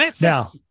Now